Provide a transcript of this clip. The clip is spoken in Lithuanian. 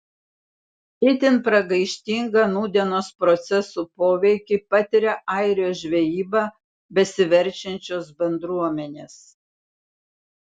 itin pragaištingą nūdienos procesų poveikį patiria airijos žvejyba besiverčiančios bendruomenės